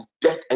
death